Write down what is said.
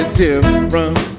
different